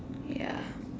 ya